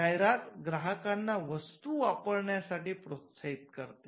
जाहिरात ग्राहकांना वस्तू वापरण्यासाठी प्रोत्साहित करते